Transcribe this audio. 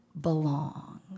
belong